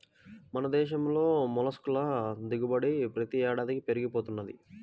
మన దేశంలో మొల్లస్క్ ల దిగుబడి ప్రతి ఏడాదికీ పెరిగి పోతున్నది